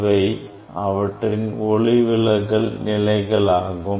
இவை அவற்றின் ஒளி விலகல் நிலைகளாகும்